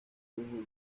rukuru